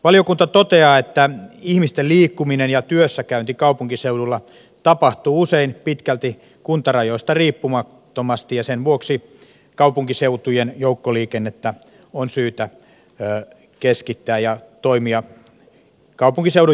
valiokunta toteaa että ihmisten liikkuminen ja työssäkäynti kaupunkiseudulla tapahtuu usein pitkälti kuntarajoista riippumattomasti ja sen vuoksi kaupunkiseutujen joukkoliikennettä on syytä keskittää ja toimia kaupunkiseudun joukkoliikennelautakuntien kautta